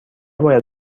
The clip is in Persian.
باید